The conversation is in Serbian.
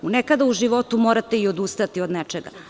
Nekada u životu morate i odustati od nečega.